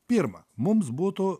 pirma mums būtų